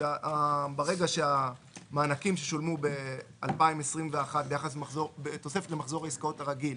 ברגע שהמענקים ששולמו ב-2021 בתוספת למחזור העסקאות הרגיל